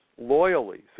loyally